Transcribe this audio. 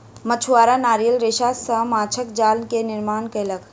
मछुआरा नारियल रेशा सॅ माँछक जाल के निर्माण केलक